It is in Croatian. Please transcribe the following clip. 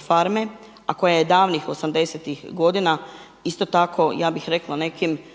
farme a koja je davnih '80.-ti godina, isto tako nekim